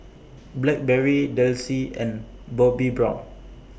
Blackberry Delsey and Bobbi Brown